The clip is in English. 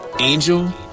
Angel